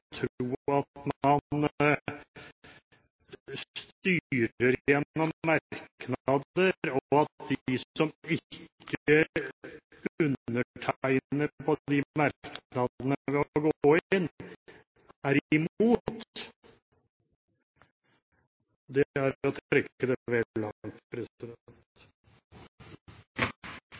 at man styrer gjennom merknader, og at de som ikke undertegner på de merknadene ved å gå inn, er imot, er å trekke det